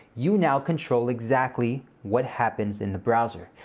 you now control exactly what happens in the browser.